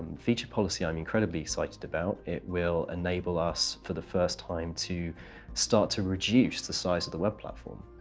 feature policy, i'm incredibly excited about. it will enable us for the first time, to start to reduce the size of the web platform.